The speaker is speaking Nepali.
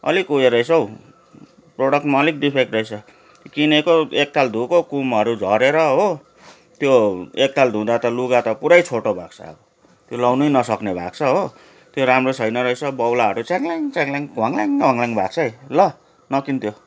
अलिक उयो रहेछ हौ प्रडक्टमा अलिक डिफेक्ट रहेछ किनेको एकताल धुएको कुमहरू झरेर हो त्यो एकताल धुँधा त लुगा त पुरै छोटो भएको छ त्यो लगाउनै नसक्ने भएको छ हो त्यो राम्रो छैन रहेछ बाहुलाहरू च्याङलाँङ च्याङलाङ होङल्याङ होङल्याङ भएको छ त्यो ल नकिन् त्यो